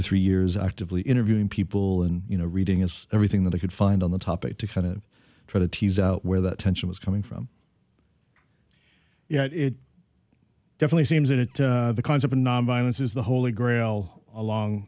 or three years actively interviewing people and you know reading as everything that i could find on the topic to kind of try to tease out where that tension was coming from yeah it definitely seems that the kinds of nonviolence is the holy grail along